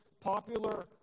popular